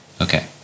Okay